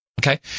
Okay